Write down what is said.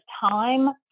time